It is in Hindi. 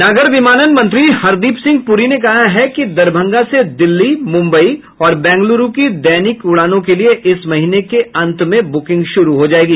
नागर विमानन मंत्री हरदीप सिंह पुरी ने कहा है कि दरभंगा से दिल्ली मुंबई और बंगलुरू की दैनिक उड़ानों के लिए इस महीने के अंत में बुकिंग शुरू हो जाएगी